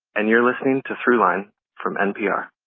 and you're listening to throughline from npr